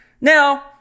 Now